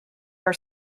her